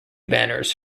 banners